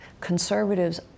conservatives